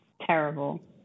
terrible